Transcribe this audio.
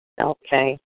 Okay